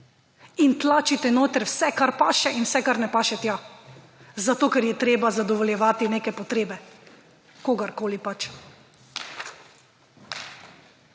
In tlačite notri vse, kar paše in vse kar ne paše tja zato, ker je treba zadovoljevati neke potrebe, kogarkoli pač.